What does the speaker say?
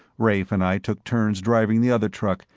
rafe and i took turns driving the other truck,